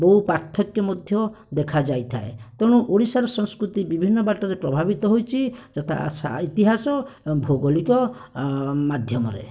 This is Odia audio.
ବହୁ ପାର୍ଥକ୍ୟ ମଧ୍ୟ ଦେଖା ଯାଇଥାଏ ତେଣୁ ଓଡ଼ିଶାର ସଂସ୍କୃତି ବିଭିନ୍ନ ବାଟରେ ପ୍ରଭାବିତ ହୋଇଛି ଯଥା ଇତିହାସ ଭୌଗଳିକ ମାଧ୍ୟମରେ